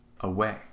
away